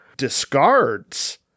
discards